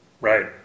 Right